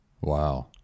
Wow